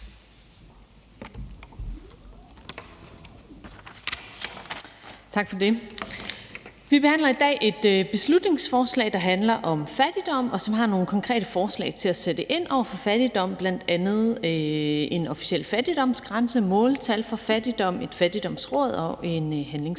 Tak for det. Vi behandler i dag et beslutningsforslag, der handler om fattigdom, og som har nogle konkrete forslag til, hvordan man kan sætte ind over for fattigdom, bl.a. en officiel fattigdomsgrænse, måltal for fattigdom, et fattigdomsråd og en handlingsplan.